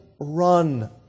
run